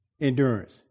endurance